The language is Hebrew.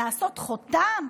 לטבוע חותם,